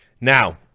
Now